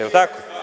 Jel tako?